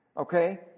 Okay